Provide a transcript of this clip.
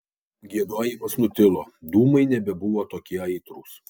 giedojimas nutilo dūmai nebebuvo tokie aitrūs